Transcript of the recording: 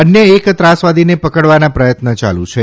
અન્ય એક ત્રાસવાદીને પકડવાના પ્રથત્ન યાલુ છે